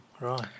Right